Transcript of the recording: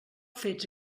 fets